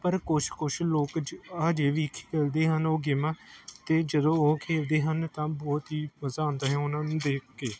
ਪਰ ਕੁਛ ਕੁਛ ਲੋਕ ਜ ਅਜੇ ਵੀ ਖੇਡਦੇ ਹਨ ਉਹ ਗੇਮਾਂ ਅਤੇ ਜਦੋਂ ਉਹ ਖੇਡਦੇ ਹਨ ਤਾਂ ਬਹੁਤ ਹੀ ਮਜ਼ਾ ਆਉਂਦਾ ਹੈ ਉਹਨਾਂ ਨੂੰ ਦੇਖ ਕੇ